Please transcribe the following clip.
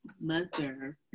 mother